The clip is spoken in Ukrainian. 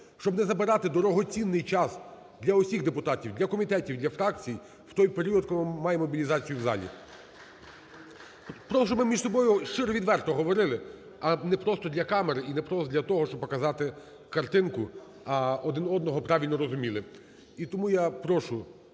щоб не забирати дорогоцінний час для усіх депутатів, для комітетів, для фракцій в той період, коли ми маємо мобілізацію в залі. Просто щоб ми між собою щиро і відверто говорили, а не просто для камер і не просто для того, щоб показати картинку, а один одного правильно розуміли. І тому я прошу…